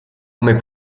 come